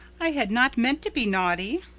i had not meant to be naughty.